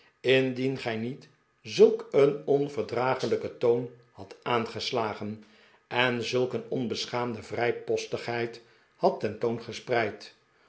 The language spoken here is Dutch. indien gij niet zulk een onverdraaglijken toon hadt aangesiagen en zulk een onbeschaamde vrijpostigheid hadt ken toon gespreid